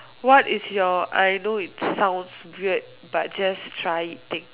what is your I know it's sounds weird but just try it think